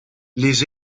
les